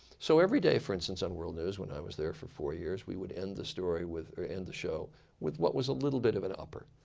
so every day for instance on world news when i was there for four years, we would end the story with, or end the show with what was a little bit of an upper.